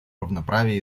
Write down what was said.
равноправия